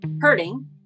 hurting